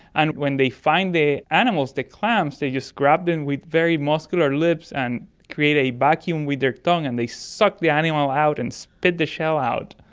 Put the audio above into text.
and when they find the animals, the clams, they just grab them with very muscular lips and create a vacuum with their tongue and they suck the animal out and spit the shell out.